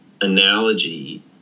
analogy